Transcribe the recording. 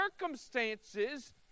circumstances